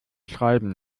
schreiben